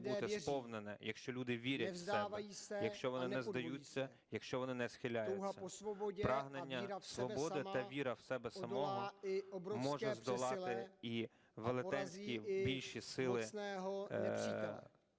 бути сповнене, якщо люди вірять в себе, якщо вони не здаються, якщо вони не схиляються. Прагнення свободи та віра в себе самого може здолати і велетенські, більші сили ворога.